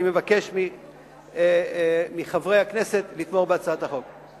אני מבקש מחברי הכנסת לתמוך בהצעת החוק.